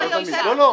לא תמיד.